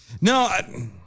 No